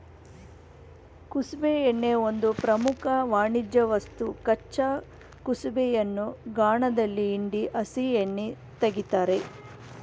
ಕುಸುಬೆ ಎಣ್ಣೆ ಒಂದು ಪ್ರಮುಖ ವಾಣಿಜ್ಯವಸ್ತು ಕಚ್ಚಾ ಕುಸುಬೆಯನ್ನು ಗಾಣದಲ್ಲಿ ಹಿಂಡಿ ಹಸಿ ಎಣ್ಣೆ ತೆಗಿತಾರೆ